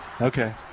Okay